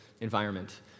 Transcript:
environment